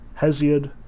Hesiod